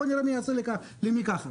בוא נראה מי יעשה למי ככה.